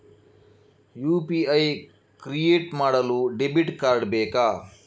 UPI create ಮಾಡಲು debit card ಬೇಕಾ?